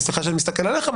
וסליחה שאני מסתכל עליך,